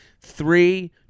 three